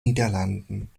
niederlanden